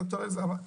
דוקטור עזרא אמרה,